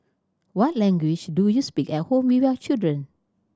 what language do you speak at home with your children